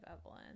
Evelyn